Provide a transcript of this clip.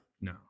no